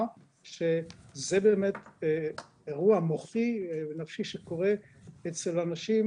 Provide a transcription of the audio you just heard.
שזה באמת אירוע מוחי נפשי שקורה אצל אנשים